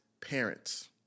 parents